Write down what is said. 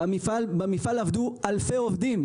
במפעל עבדו אלפי עובדים,